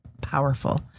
powerful